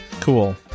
Cool